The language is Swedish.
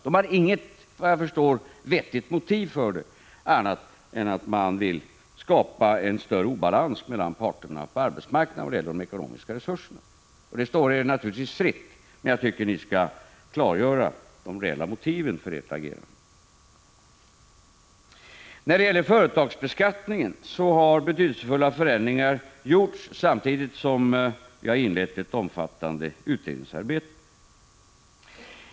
De har såvitt jag förstår inget vettigt motiv för det annat än att man vill skapa en större obalans mellan parterna på arbetsmarknaden vad gäller de ekonomiska resurserna. Det står er naturligtvis fritt, men jag tycker att ni skall klargöra de reella motiven för ert agerande. När det gäller företagsbeskattningen har betydelsefulla förändringar gjorts samtidigt som vi har inlett ett omfattande utredningsarbete.